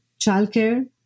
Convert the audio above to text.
childcare